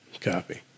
Copy